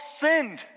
sinned